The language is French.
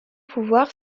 pouvoirs